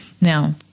Now